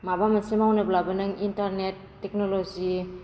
माबा मोनसे मावनोब्लाबो नों इनटारनेट टेक्न'ल'जि